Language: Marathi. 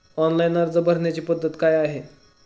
ऑनलाइन अर्ज भरण्याची पद्धत काय आहे?